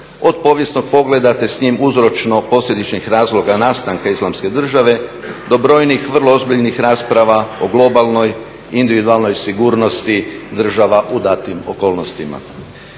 od povijesnog pogleda te s njim uzročno posljedičnih razloga nastanka islamske države do brojnih vrlo ozbiljnih rasprava o globalnoj, individualnoj sigurnosti država u datim okolnostima.